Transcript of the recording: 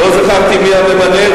לא זכרתי מי הממנה.